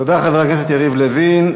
תודה, חבר הכנסת יריב לוין.